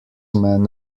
men